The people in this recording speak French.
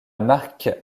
marque